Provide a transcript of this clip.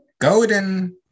Golden